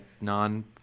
non –